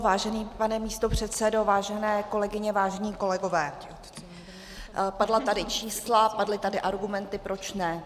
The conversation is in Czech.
Vážený pane místopředsedo, vážené kolegyně, vážení kolegové, padla tady čísla, padly tady argumenty, proč ne.